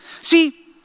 See